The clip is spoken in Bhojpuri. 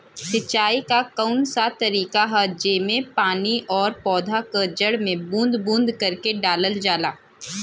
सिंचाई क कउन सा तरीका ह जेम्मे पानी और पौधा क जड़ में बूंद बूंद करके डालल जाला?